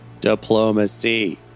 Diplomacy